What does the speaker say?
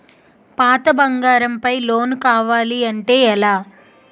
పాత బంగారం పై లోన్ కావాలి అంటే ఎలా?